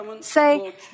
Say